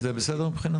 זה בסדר אם אדבר לפני?